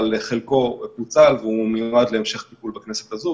אבל חלקו פוצל והוא מיועד להמשך טיפול בכנסת הזאת.